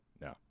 no